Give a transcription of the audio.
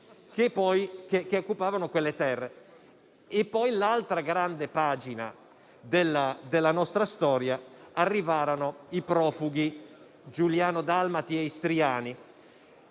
che occupavano quelle terre. L'altra grande pagina della nostra storia fu l'arrivo dei profughi giuliano-dalmati e istriani,